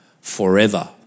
forever